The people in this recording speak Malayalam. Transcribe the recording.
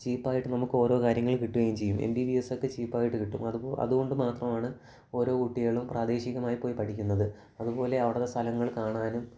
ചീപ്പായിട്ട് നമുക്ക് ഓരോ കാര്യങ്ങൾ കിട്ടുകയും ചെയ്യും എം ബി ബി എസ്സോക്കെ ചീപ്പായിട്ട് കിട്ടും അത് അതുകൊണ്ട് മാത്രമാണ് ഓരോ കുട്ടികളും പ്രാദേശികമായി പോയി പഠിക്കുന്നത് അതുപോലെ അവിടത്തെ സ്ഥലങ്ങൾ കാണാനും